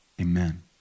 Amen